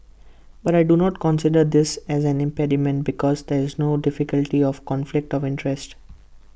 but I do not consider this as an impediment because there is no difficulty of conflict of interest